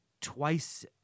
twice